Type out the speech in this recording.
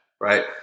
right